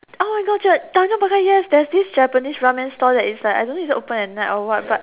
oh my god Tanjong-Pagar yes there's this Japanese ramen stall that is like I don't know is it open at night or what but